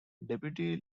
deputy